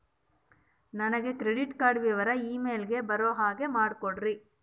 ನನಗೆ credit card ವಿವರ email ಗೆ ಬರೋ ಹಾಗೆ ಮಾಡಿಕೊಡ್ರಿ?